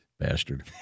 Bastard